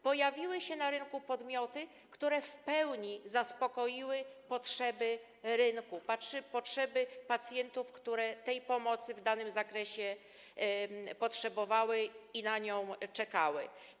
Pojawiły się na rynku podmioty, które w pełni zaspokoiły potrzeby rynku, potrzeby pacjentów, którzy tej pomocy w danym zakresie potrzebowali i na nią czekali.